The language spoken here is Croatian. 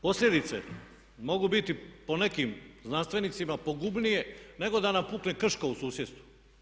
Posljedice mogu biti po nekim znanstvenicima pogubnije nego da nam pukne Krško u susjedstvu.